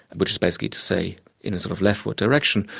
which is basically to say in a sort of leftward direction,